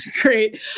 Great